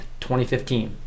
2015